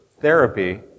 therapy